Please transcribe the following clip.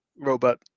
robot